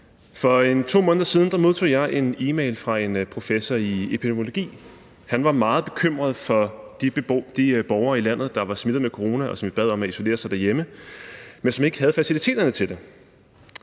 For 2 måneder siden modtog jeg en e-mail fra en professor i epidemiologi. Han var meget bekymret for de borgere i landet, der var smittet med corona, og som vi bad om at isolere sig derhjemme, men som ikke havde faciliteterne til det.